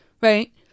Right